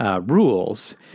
rules